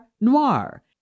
noir